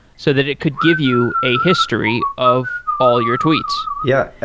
so that it could give you a history of all your tweets yeah.